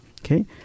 Okay